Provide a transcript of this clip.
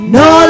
no